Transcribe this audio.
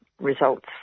results